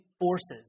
Forces